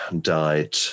died